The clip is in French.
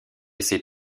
ces